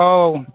औ